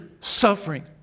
suffering